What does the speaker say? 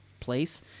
Place